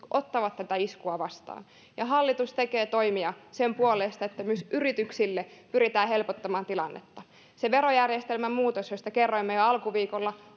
ottavat tätä iskua vastaan hallitus tekee toimia sen puolesta että myös yrityksille pyritään helpottamaan tilannetta se verojärjestelmän muutos josta kerroimme jo alkuviikolla